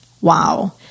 Wow